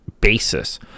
basis